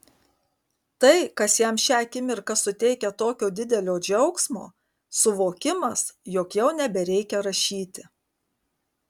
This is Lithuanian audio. tai kas jam šią akimirką suteikia tokio didelio džiaugsmo suvokimas jog jau nebereikia rašyti